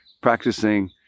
practicing